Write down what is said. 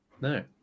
No